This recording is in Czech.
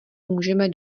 můžeme